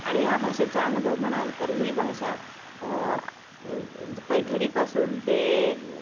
आणि या भाषेचा अनुभव म्हणाल तर ही भाषा पैठणीपासून ते